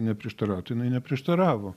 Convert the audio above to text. neprieštarautų jinai neprieštaravo